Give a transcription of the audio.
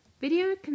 Video